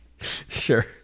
sure